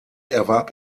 erwarb